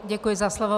Děkuji za slovo.